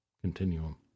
continuum